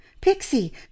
Pixie